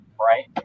right